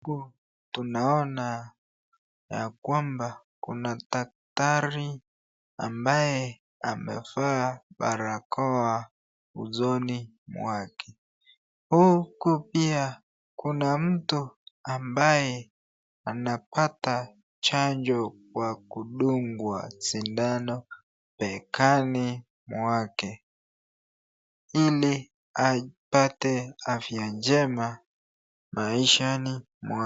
Huku tunaona ya kwamba kuna daktari ambaye amevaa barakoa usoni mwake huku pia kuna mtu ambaye anapata chanjo kwa kudungwa sindano begani mwake ili apate afya njema maishani mwake.